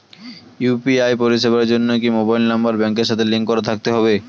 UPI পরিষেবার জন্য কি মোবাইল নাম্বার ব্যাংকের সাথে লিংক করা থাকতে হবে?